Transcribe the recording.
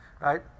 right